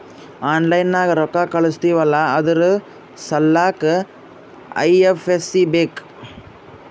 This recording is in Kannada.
ಆನ್ಲೈನ್ ನಾಗ್ ರೊಕ್ಕಾ ಕಳುಸ್ತಿವ್ ಅಲ್ಲಾ ಅದುರ್ ಸಲ್ಲಾಕ್ ಐ.ಎಫ್.ಎಸ್.ಸಿ ಬೇಕ್